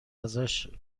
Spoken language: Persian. ازشاب